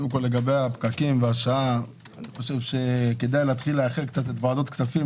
לגבי הפקקים והשעה אני חושב שכדאי לאחר את ועדות כספים,